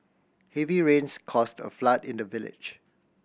heavy rains caused a flood in the village